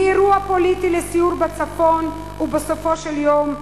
מאירוע פוליטי לסיור בצפון, ובסופו של יום,